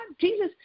Jesus